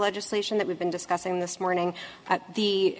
legislation that we've been discussing this morning the